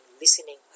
listening